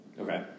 Okay